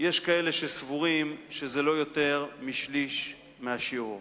יש כאלה שסבורים שזה לא יותר משליש מהשיעור.